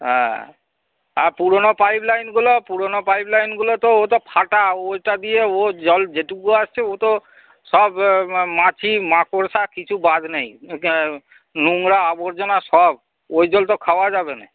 হ্যাঁ হ্যাঁ পুরনো পাইপলাইনগুলো পুরনো পাইপলাইনগুলো তো ও তো ফাটা ওওইটা দিয়ে ও জল যেটুকুও আসছে ও তো সব মামাছি মাকড়সা কিছু বাদ নেই নোংরা আবর্জনা সব ওই জল তো খাওয়া যাবে নে